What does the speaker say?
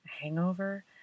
hangover